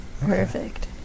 Perfect